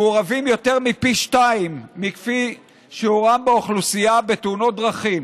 מעורבים יותר מפי שניים מכפי שיעורם באוכלוסייה בתאונות דרכים,